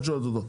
ואת שואלת אותו,